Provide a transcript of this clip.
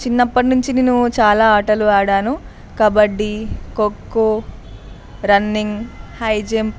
చిన్నప్పటినుంచి నేను చాలా ఆటలు ఆడాను kabaddi kho kho running high jump